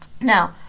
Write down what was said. Now